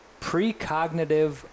Precognitive